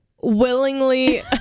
willingly